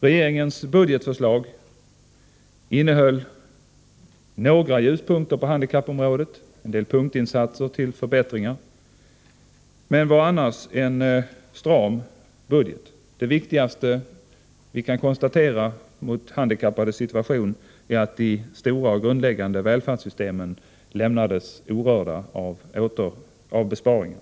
Regeringens budgetförslag innehöll några ljuspunkter på handikappområdet i form av en del punktinsatser för förbättringar, men det var i stort en stram budget. Det viktigaste för oss att konstatera när det gäller de handikappades situation är att de stora och grundläggande välfärdssystemen inte blivit föremål för besparingar.